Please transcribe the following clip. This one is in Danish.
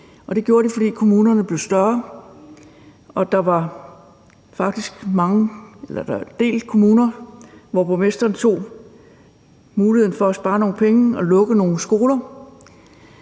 det gjorde den, fordi kommunerne blev større og der faktisk var mange, eller en del kommuner, hvor borgmesteren greb muligheden for at spare nogle penge og lukke nogle